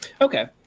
okay